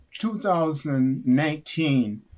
2019